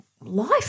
life